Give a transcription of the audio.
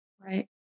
Right